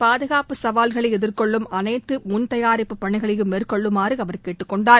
பாதுகாப்பு சவால்களை எதிர்கொள்ளும் அனைத்து முன்தயாரிப்பு பணிகளையும் மேற்கொள்ளுமாறு அவர் கேட்டுக்கொண்டார்